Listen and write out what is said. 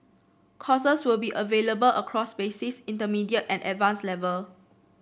courses will be available across basic intermediate and advanced level